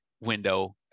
window